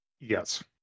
Yes